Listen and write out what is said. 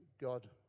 God